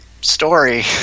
story